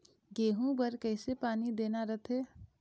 गेहूं बर कइसे पानी देना रथे?